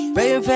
Baby